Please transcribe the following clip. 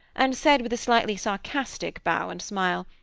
and said with a slightly sarcastic bow and smile,